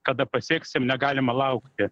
kada pasieksim negalima laukti